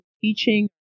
teaching